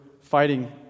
fighting